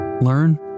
learn